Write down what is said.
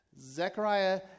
Zechariah